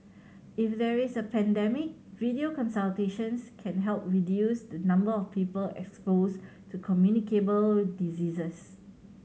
if there is a pandemic video consultations can help reduce the number of people exposed to communicable diseases